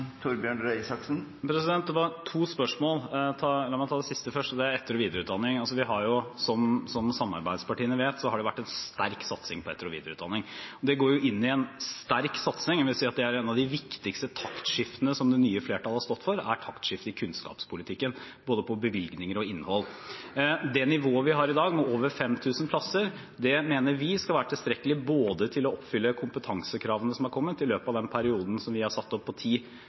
Det var to spørsmål. La meg ta det siste først. Det gjelder etter- og videreutdanning. Som samarbeidspartiene vet, har det vært en sterk satsing på etter- og videreutdanning. Det inngår i en sterk satsing. Jeg vil si at et av de viktigste taktskiftene som det nye flertallet har stått for, er taktskiftet i kunnskapspolitikken, både i bevilgninger og i innhold. Det nivået vi har i dag, med over 5 000 plasser, mener vi skal være tilstrekkelig både til å oppfylle kompetansekravene som har kommet i løpet av den perioden – som vi har satt